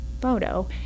photo